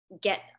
get